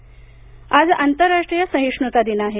सहिष्णता दिन आज आंतरराष्ट्रीय सहिष्णूता दिन आहे